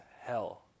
hell